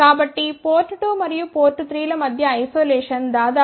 కాబట్టి పోర్ట్ 2 మరియు పోర్ట్ 3 ల మధ్య ఐసొలేషన్ దాదాపు 12